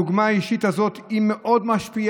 הדוגמה האישית הזאת מאוד משפיעה,